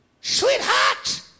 Sweetheart